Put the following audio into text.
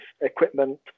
equipment